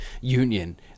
union